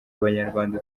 abanyarwanda